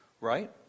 right